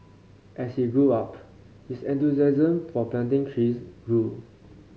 as he grew up his enthusiasm for planting trees grew